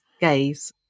gaze